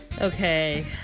Okay